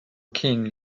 king